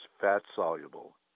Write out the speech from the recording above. fat-soluble